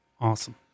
awesome